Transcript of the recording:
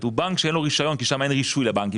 הוא בנק שאין לו רישיון כי שם אין רישוי לבנק.